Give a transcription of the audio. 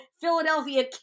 Philadelphia